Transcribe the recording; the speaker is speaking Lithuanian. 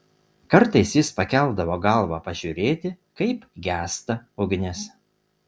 kartais jis pakeldavo galvą pažiūrėti kaip gęsta ugnis